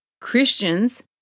Christians